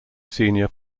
senior